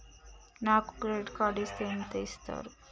నాకు credit card ఇస్తే ఎంత ఇస్తరు?